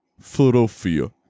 Philadelphia